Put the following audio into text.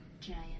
Giant